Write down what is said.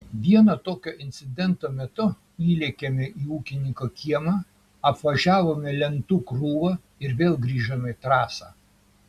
vieno tokio incidento metu įlėkėme į ūkininko kiemą apvažiavome lentų krūvą ir vėl grįžome į trasą